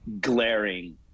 glaring